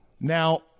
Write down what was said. Now